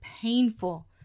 painful